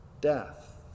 death